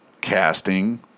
casting